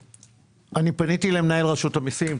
פניתי למנהל רשות המיסים.